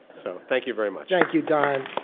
so thank you very much. thank you don.